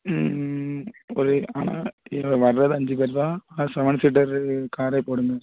ஒரு ஆனால் இதில் வர்றது அஞ்சு பேர் தான் ஆனால் செவன் சீட்டர் காரே போடுங்க